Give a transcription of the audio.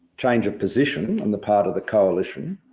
change of position on the part of the coalition